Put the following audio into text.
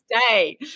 stay